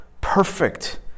perfect